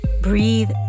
Breathe